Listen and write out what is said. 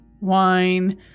wine